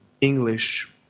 English